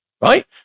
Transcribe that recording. right